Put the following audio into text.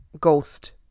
ghost